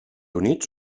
units